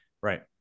Right